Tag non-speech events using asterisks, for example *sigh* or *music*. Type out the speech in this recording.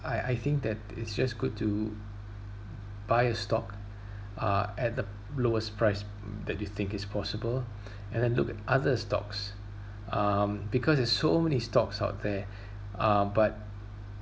I I think that it's just good to buy a stock *breath* uh at the lowest price *noise* that you think is possible *breath* and then look at other stocks *breath* um because there's so many stocks out there *breath* uh but